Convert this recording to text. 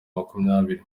makumyabiri